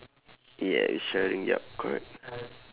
yeah we sharing yup correct